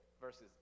versus